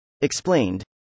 Explained